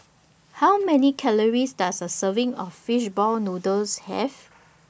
How Many Calories Does A Serving of Fish Ball Noodles Have